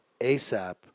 ASAP